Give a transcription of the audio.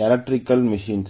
எந்த ஒரு ஒரு மெஷினை